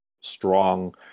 strong